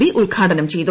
P ഉദ്ഘാടനം ചെയ്തു